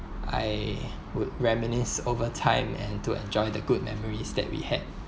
I would reminisce over time and to enjoy the good memories that we had